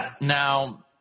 Now